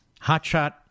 hotshot